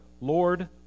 Lord